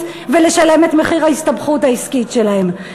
ולשלם את מחיר ההסתבכות העסקית שלהם.